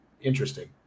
interesting